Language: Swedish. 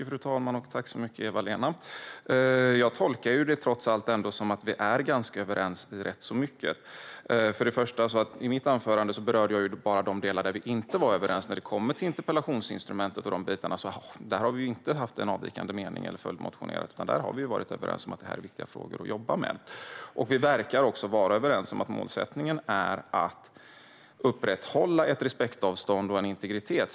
Fru talman! Tack, Eva-Lena! Jag tolkar det trots allt som att vi är överens om rätt så mycket. I mitt anförande berörde jag bara de delar där vi inte är överens. När det kommer till interpellationsinstrumentet och de bitarna har vårt parti inte haft avvikande mening eller följdmotionerat, utan vi har varit överens om att detta är viktiga frågor att jobba med. Vi verkar också vara överens om att målsättningen är att upprätthålla ett respektavstånd och en integritet.